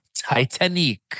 Titanic